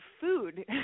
Food